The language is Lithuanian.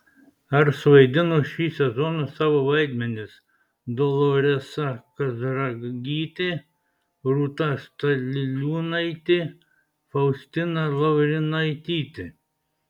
ar suvaidino šį sezoną savo vaidmenis doloresa kazragytė rūta staliliūnaitė faustina laurinaitytė